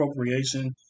appropriation